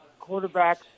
quarterbacks